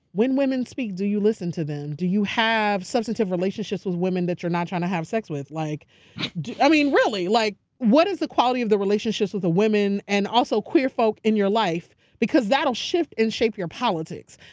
when women speak do you listen to them? do you have substantive relationships with women that you're not trying to have sex with? like i mean, really, like what is the quality of the relationships with women and also queer folk in your life because that will shift and shape your politics.